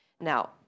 Now